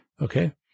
Okay